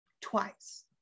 twice